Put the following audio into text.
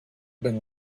been